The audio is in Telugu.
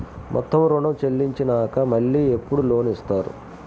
మొత్తం ఋణం చెల్లించినాక మళ్ళీ ఎప్పుడు లోన్ ఇస్తారు?